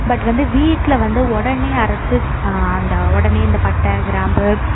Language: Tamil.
பட் வந்து வீட்டில வந்து உடனே அரைச்சி அந்த உடனே இந்த பட்டை கிராம்பு